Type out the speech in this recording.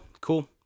cool